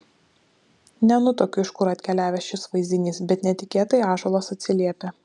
nenutuokiu iš kur atkeliavęs šis vaizdinys bet netikėtai ąžuolas atsiliepia